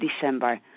December